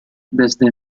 desde